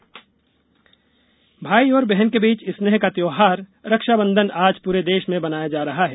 रक्षाबंधन भाई और बहन के बीच स्नेह का त्यौहार रक्षाबंधन आज पूरे देश में मनाया जा रहा है